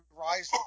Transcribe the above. Rise